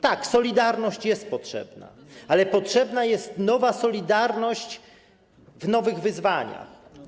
Tak, solidarność jest potrzebna, ale potrzebna jest nowa solidarność w nowych wyzwaniach.